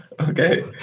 Okay